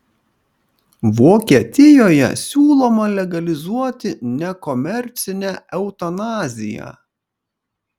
vokietijoje siūloma legalizuoti nekomercinę eutanaziją